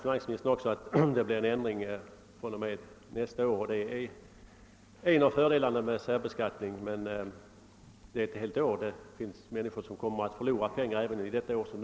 Finansministern säger vidare att det blir en ändring fr.o.m. nästa år, och det är ju en av fördelarna med särbeskaåttningen, men det dröjer ett år innan så sker, och många människor kommer att förlora pengar under den tiden.